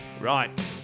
right